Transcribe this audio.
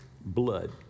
blood